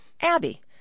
Abby